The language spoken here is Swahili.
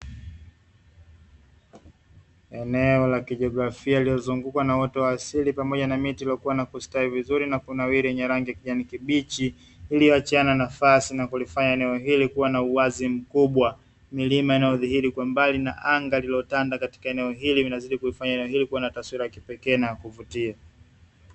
Eneo la kijografia iliyozungukwa na uoto wa asili pamoja na miti ilikuwa na kustawi vizuri na kunawiri yenya rangi ya kijani kibichi iliyoachiana nafasi na kulifanya eneo hili kuwa na uwazi mkubwa. Milima inayozihiri kwa mbali na anga lililotanda katika eneo hili inazidi kulifanya eneo kuwana taswira ya kipekee ya kivutia.